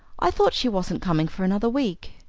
i thought she wasn't coming for another week.